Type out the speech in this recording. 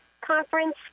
conference